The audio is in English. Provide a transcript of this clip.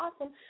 awesome